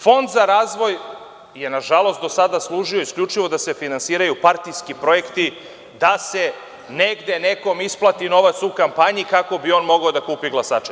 Fond za razvoj je, nažalost, do sada služio isključivo da se finansiraju partijski projekti, da se negde nekom isplati novac u kampanji kako bi on mogao da kupi glasače.